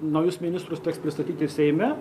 naujus ministrus teks pristatyti seime